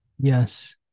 yes